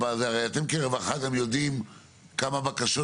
הרי אתם כרווחה יודעים כמה בקשות